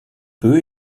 peu